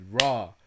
raw